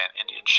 Indian